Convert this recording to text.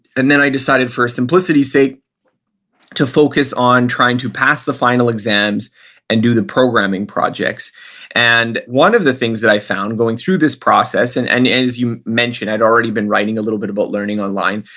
and then i decided for simplicity's sake to focus on trying to pass the final exams and do the programming projects and one of the things that i found going through this process, and and as you mentioned, i'd already been writing a little bit about learning online,